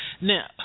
Now